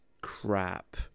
crap